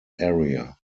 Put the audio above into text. area